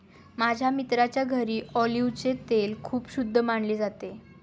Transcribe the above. माझ्या मित्राच्या घरी ऑलिव्हचे तेल खूप शुद्ध मानले जाते